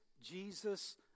jesus